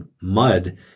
mud